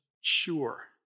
sure